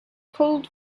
cold